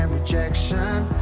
rejection